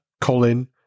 Colin